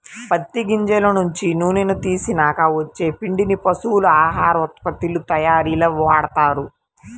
పత్తి గింజల నుంచి నూనెని తీసినాక వచ్చే పిండిని పశువుల ఆహార ఉత్పత్తుల తయ్యారీలో వాడతారు